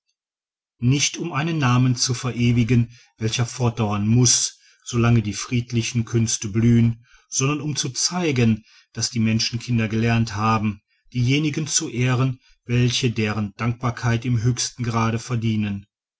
nicht um einen namen zu verewigen welcher fortdauern muß so lange die friedlichen künste blühen sondern um zu zeigen daß die menschenkinder gelernt haben diejenigen zu ehren welche deren dankbarkeit im höchsten grade verdienen